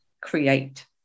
create